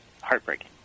heartbreaking